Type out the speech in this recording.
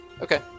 Okay